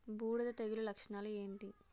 బూడిద తెగుల లక్షణాలు ఏంటి?